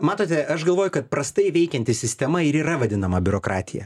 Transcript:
matote aš galvoju kad prastai veikianti sistema ir yra vadinama biurokratija